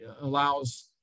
allows